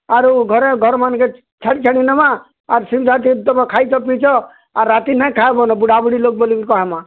ଆରୁ ଘରେ ଘରମାନ୍କେ ଛାଡ଼ି ଛାଡ଼ି ନମାଁ ଆର୍ ସୁବିଧା ତମେ ଖାଇଛ ପିଇଛ ଆର୍ ରାତି ନେହିଁ ଖାଇବ ନହଲେ ବୁଢ଼ା ବୁଢ଼ି ଲୋକ୍ ବୋଲି କହେମାଁ